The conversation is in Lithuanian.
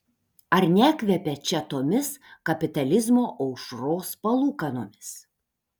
ar nekvepia čia tomis kapitalizmo aušros palūkanomis